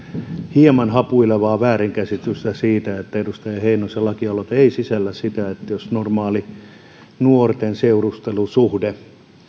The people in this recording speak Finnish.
hieman hapuilevaa väärinkäsitystä edustaja heinosen lakialoite ei sisällä eikä tarkoita sitä että jos normaali nuorten seurustelusuhde